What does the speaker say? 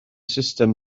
sustem